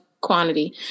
quantity